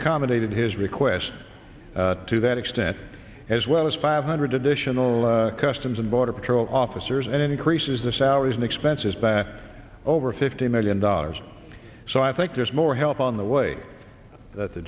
accommodated his request to that extent as well as five hundred additional customs and border patrol officers and increases the salaries and expenses by over fifty million dollars so i think there's more help on the way that the